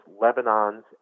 Lebanon's